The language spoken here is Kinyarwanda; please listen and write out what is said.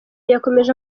yakomeje